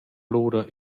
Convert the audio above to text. lura